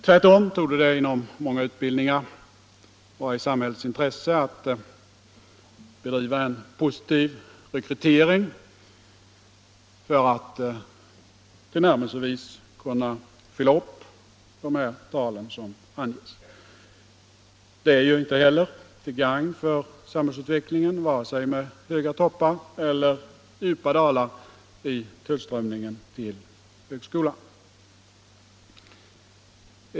Tvärtom torde det i många utbildningar vara i samhällets intresse att bedriva en positiv rekrytering för att tillnärmelsevis kunna fylla det antal platser som anges. Det är inte heller till gagn för samhällsutvecklingen vare sig med höga toppar eller djupa dalar i tillströmningen till högskolan.